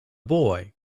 boy